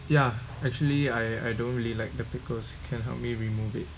ya actually I I don't really like the pickles can help me remove it